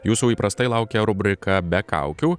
jūsų įprastai laukia rubrika be kaukių